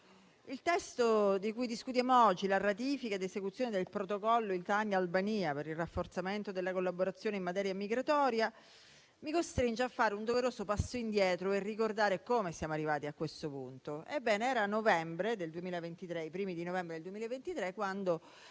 il testo di cui discutiamo oggi, recante ratifica ed esecuzione del Protocollo tra Italia e Albania per il rafforzamento della collaborazione in materia migratoria, mi costringe a fare un doveroso passo indietro e ricordare come siamo arrivati a questo punto. Ebbene, erano i primi di novembre del 2023, quando